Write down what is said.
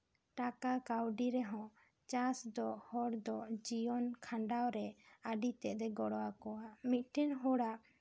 ᱴᱟᱠᱟ ᱠᱟᱹᱣᱰᱤ ᱨᱮᱦᱚᱸ ᱪᱟᱥ ᱫᱚ ᱦᱚᱲ ᱫᱚ ᱡᱤᱭᱚᱱ ᱠᱷᱟᱱᱰᱟᱣ ᱨᱮ ᱟᱹᱰᱤ ᱛᱮᱜ ᱮ ᱜᱚᱲᱚ ᱟᱠᱚᱣᱟ ᱢᱤᱫᱴᱮᱱ ᱦᱚᱲᱟᱜ